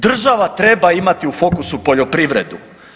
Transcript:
Država treba imati u fokusu poljoprivredu.